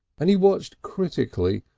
and he watched critically,